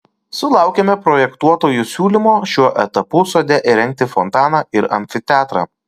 sulaukėme projektuotojų siūlymo šiuo etapu sode įrengti fontaną ir amfiteatrą